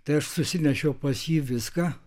tai aš susinešiau pas jį viską